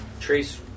Trace